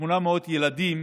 כ-800 ילדים